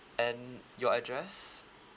and your address